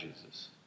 Jesus